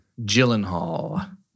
Gyllenhaal